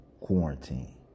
quarantine